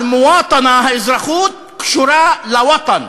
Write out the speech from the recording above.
אל-מוואטנה, האזרחות, קשורה לוַוטן,